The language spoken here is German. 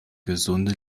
gesunde